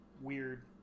weird